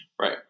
Right